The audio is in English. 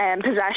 possession